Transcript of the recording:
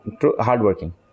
hardworking